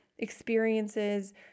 experiences